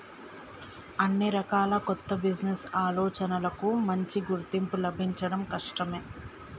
అన్ని రకాల కొత్త బిజినెస్ ఆలోచనలకూ మంచి గుర్తింపు లభించడం కష్టమే